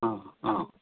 आं आं